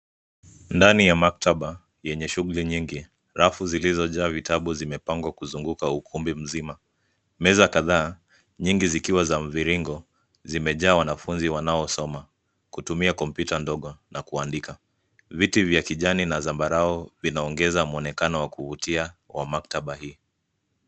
Ndani ya maktaba yenye shughuli nyingi rafu zilizojaa vitabu zimepangwa kuzunguka ukumbi mzima. Meza kadhaa nyingi zikiwa za mviringo zimejaa wanafunzi wanaosoma kutumia kompyuta ndogo na kuandika. Viti vya kijani na zambarau vinaongeza mwonekanao wa kuvutia wa maktaba hii.